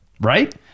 Right